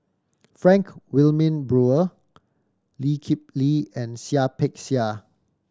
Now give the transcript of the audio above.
Frank Wilmin Brewer Lee Kip Lee and Seah Peck Seah